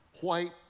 white